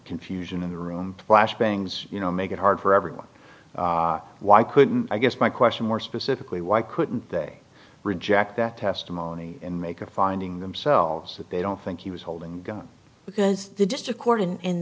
confusion in the room flash bangs you know make it hard for everyone why couldn't i guess my question more specifically why couldn't they reject that testimony and make a finding themselves that they don't think he was holding a gun because the district court and in